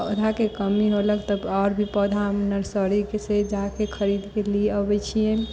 पौधाके कमी रहलक तऽ आओर भी पौधा हम नर्सरीके से जाके खरीदके ले आबै छियनि